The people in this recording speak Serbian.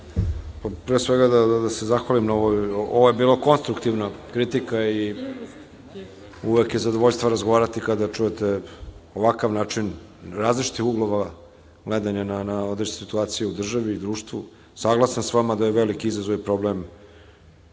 svega da se zahvalim na ovoj konstruktivnoj kritici i uvek je zadovoljstvo razgovarati kada čujete ovakav način, iz različitih uglova, gledanja na određenu situaciju u državi, društvu. Saglasan sam sa vama da je veliki izazov i problem